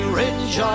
ridge